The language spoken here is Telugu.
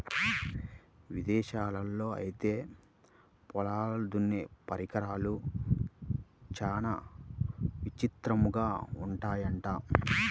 ఇదేశాల్లో ఐతే పొలాల్ని దున్నే పరికరాలు చానా విచిత్రంగా ఉంటయ్యంట